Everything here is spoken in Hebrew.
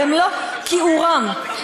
במלוא כּיעורם.